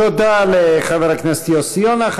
תודה לחבר הכנסת יוסי יונה.